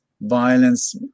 violence